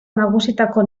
nagusietako